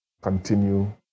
continue